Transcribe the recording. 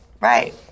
right